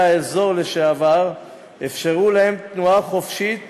האזור לשעבר אפשרו להם תנועה חופשית